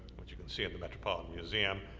which you can see at the metropolitan museum,